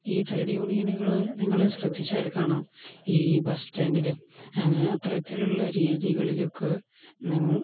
ഈ ട്രേഡ് യൂണിയനുകൾ നിങ്ങൾ ശ്രദ്ധിച്ചാൽ കാണാം ഈ ബസ് സ്റ്റാൻഡിലും അത്തരത്തിലുള്ള രീതികളിലൊക്കെ നി